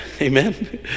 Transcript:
Amen